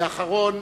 אחרון,